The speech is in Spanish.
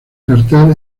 cartel